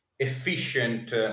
efficient